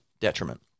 detriment